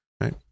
right